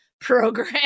program